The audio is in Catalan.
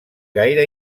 gaire